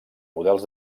models